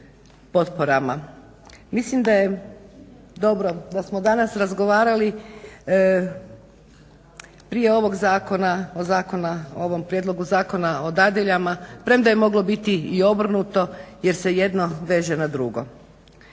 Mislim da je dobro da smo danas razgovarali prije ovog zakona ovom prijedlogu zakona o dadiljama premda je moglo biti i obrnuto jer se jedno veže na drugo.